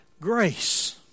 Grace